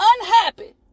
unhappy